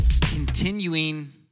Continuing